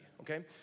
Okay